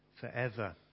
forever